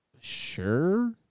Sure